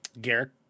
Garrett